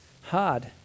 hard